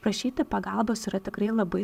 prašyti pagalbos yra tikrai labai